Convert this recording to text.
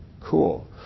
Cool